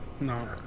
No